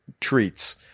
treats